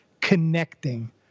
connecting